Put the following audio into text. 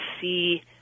see